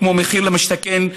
כמו מחיר למשתכן,